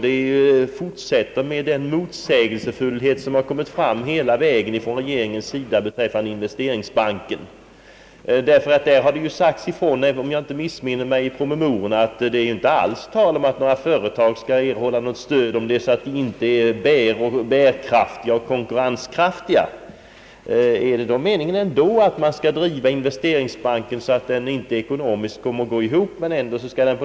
Statsrådets uttalande är lika motsägelsefullt som allt annat tal från regeringens sida om investeringsbanken. Om jag inte minns fel, har det sagts i promemoriorna att det inte alls är tal om att företag skall få stöd om de inte är bärkraftiga och konkurrenskraftiga. är det nu ändå meningen att investeringsbanken skall drivas så att den inte kommer att gå ihop ekonomiskt?